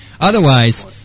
Otherwise